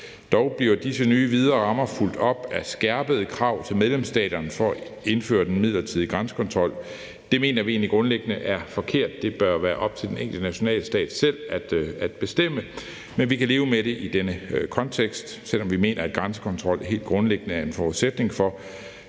Dog bliver disse nye videre rammer fulgt op af skærpede krav til medlemsstaterne for at indføre den midlertidige grænsekontrol. Det mener vi egentlig grundlæggende er forkert. Det bør være op til den enkelte nationalstat selv at bestemme, men vi kan leve med det i denne kontekst, selv om vi mener, at grænsekontrol helt grundlæggende er en forudsætning for